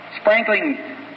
sprinkling